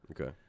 Okay